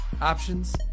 options